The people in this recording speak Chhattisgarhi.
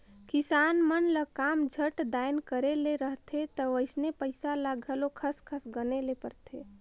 किसान मन ल काम झट दाएन करे ले रहथे ता वइसने पइसा ल घलो खस खस गने ले परथे